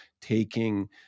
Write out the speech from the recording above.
taking